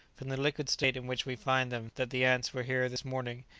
from the liquid state in which we find them, that the ants were here this morning,